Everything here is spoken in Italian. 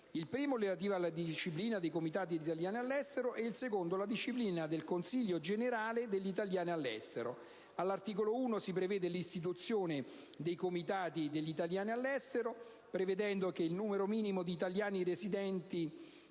il primo relativo alla disciplina dei Comitati degli italiani all'estero; il secondo alla disciplina del Consiglio generale degli italiani all'estero. All'articolo 1 si prevede l'istituzione dei Comitati degli italiani all'estero, prevedendo che il numero minimo di italiani residenti